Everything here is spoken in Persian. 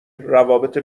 روابط